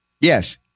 Yes